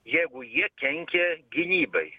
jeigu jie kenkia gynybai